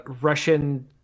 Russian